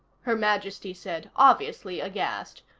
her majesty said, obviously aghast.